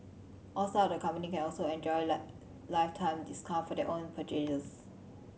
all staff of the company can also enjoy lifetime discount for their own purchases